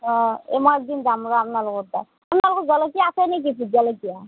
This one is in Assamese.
অঁ এই মই একদিন যাম ৰহ আপোনালোকৰ তাত আপোনালোকৰ জলকীয়া আছে নেকি ভোটজলকীয়া